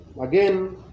again